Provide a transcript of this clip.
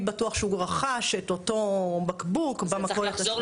בטוח שהוא רכש את אותו בקבוק במכולת השכונתית.